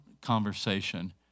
conversation